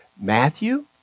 Matthew